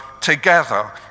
together